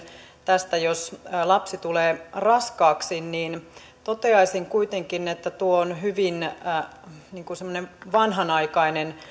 tästä jos lapsi tulee raskaaksi toteaisin kuitenkin että tuo on hyvin vanhanaikainen